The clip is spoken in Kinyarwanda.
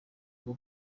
bwo